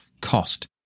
cost